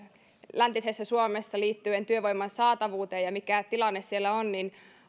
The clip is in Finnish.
läntisessä suomessa liittyen työvoiman saatavuuteen ja siihen mikä tilanne siellä on niin